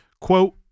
Quote